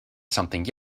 something